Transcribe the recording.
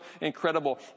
incredible